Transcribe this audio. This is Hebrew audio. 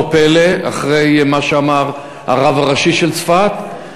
לא פלא, אחרי מה שאמר הרב הראשי של צפת.